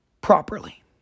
properly